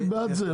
אני בעד זה.